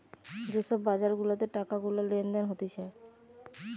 যে সব বাজার গুলাতে টাকা গুলা লেনদেন হতিছে